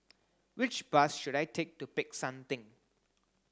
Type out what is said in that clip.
which bus should I take to Peck San Theng